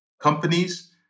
companies